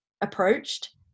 approached